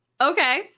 okay